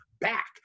Back